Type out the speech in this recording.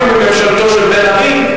ואפילו מממשלתו של בן-ארי,